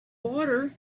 water